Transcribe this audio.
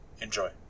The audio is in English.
Enjoy